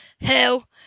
Hell